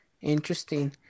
Interesting